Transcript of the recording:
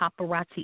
paparazzi